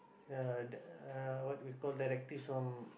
uh the uh what we call directors from